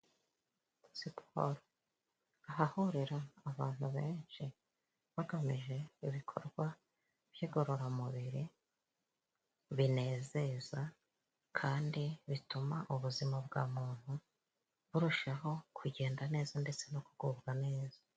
Siporo ahahurira abantu benshi bagamije ibikorwa by'igororamubiri, binezeza kandi bituma ubuzima bwa muntu burushaho kugenda neza ,ndetse no kugubwa neza.